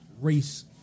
race